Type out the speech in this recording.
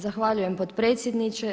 Zahvaljujem potpredsjedniče.